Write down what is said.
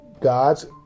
God's